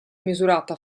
misurata